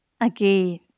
again